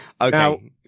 Okay